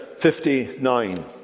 59